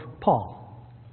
Paul